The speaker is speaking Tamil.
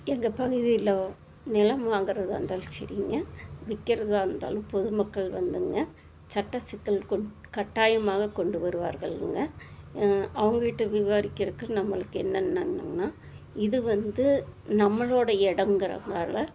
எங்கள் பகுதியில் நிலம் வாங்கறதாக இருந்தாலும் சரிங்க விக்கிறதாக இருந்தாலும் பொதுமக்கள் வந்துங்க சட்ட சிக்கல் கொண் கட்டாயமாக கொண்டு வருவார்கள் இங்கே அவங்கக்கிட்ட போயி விவாரிக்கிறக்கு நம்மளுக்கு என்ன நன்னம்னா இது வந்து நம்மளோட இடம்கிறதால